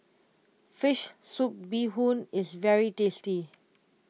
Fish Soup Bee Hoon is very tasty